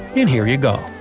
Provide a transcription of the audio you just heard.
and here you go!